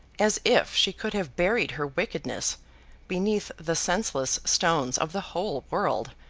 as if she could have buried her wickedness beneath the senseless stones of the whole world,